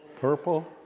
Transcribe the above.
Purple